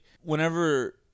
whenever